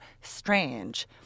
strange